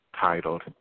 titled